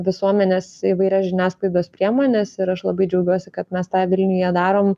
visuomenės įvairias žiniasklaidos priemones ir aš labai džiaugiuosi kad mes tą vilniuje darom